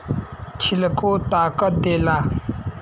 छिलको ताकत देला